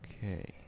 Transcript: Okay